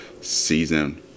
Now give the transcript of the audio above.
season